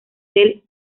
del